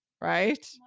right